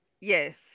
Yes